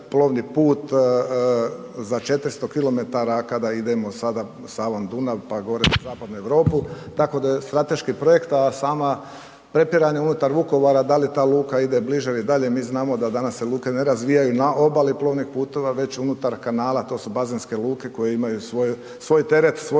plovni put za 400 km kada idemo sada Savom, Dunav pa gore u zapadnu Europu, tako da je strateški projekt, a sama prepiranja unutar Vukovara da li ta luka ide bliže ili dalje mi znamo da danas se luke ne razvijaju na obali plovnih puteva već na unutar kanala, to su bazenske luke koje imaju svoj teret, svoju